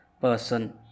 person